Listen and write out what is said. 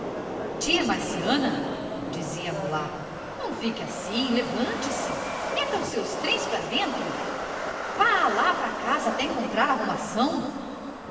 tia marciana dizia a mulata não fique assim levante-se meta os seus trens pra dentro vá lá pra casa até encontrar arrumação